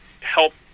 help